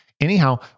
Anyhow